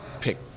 pick